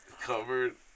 covered